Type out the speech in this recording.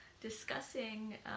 Discussing